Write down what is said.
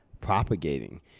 propagating